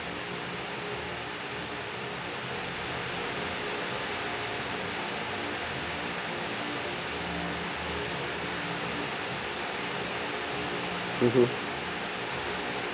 mmhmm